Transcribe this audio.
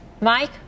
Mike